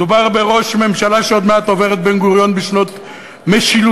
מדובר בראש ממשלה שעוד מעט עובר את בן-גוריון בשנות משילותו.